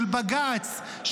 של בג"ץ,